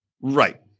Right